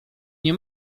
nie